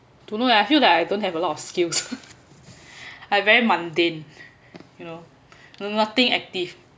don't know leh I feel that I don't have a lot of skills I very mundane you know no nothing active